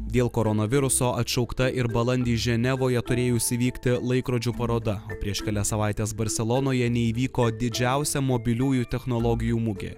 dėl koronaviruso atšaukta ir balandį ženevoje turėjusi vykti laikrodžių paroda o prieš kelias savaites barselonoje neįvyko didžiausia mobiliųjų technologijų mugė